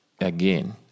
again